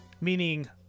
Meaning